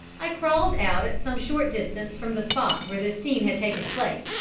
i crawled out at some short distance from the spot where this scene had taken place,